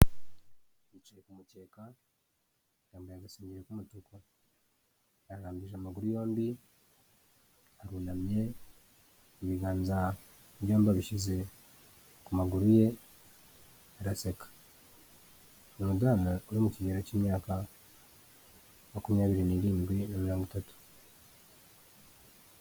Yicaye ku mukeka, yambaye agasengeri k'umutuku, arambije amaguru yombi, arunamye, ibiganza byombi abishize ku maguru ye araseka, ni umudamu uri mu kigero cy'imyaka makumyabiri n'irindwi na mirongo itatu.